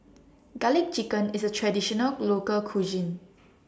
Garlic Chicken IS A Traditional Local Cuisine